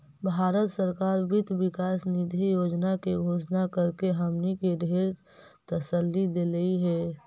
भारत सरकार वित्त विकास निधि योजना के घोषणा करके हमनी के ढेर तसल्ली देलई हे